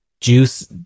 juice